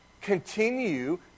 continue